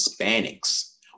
Hispanics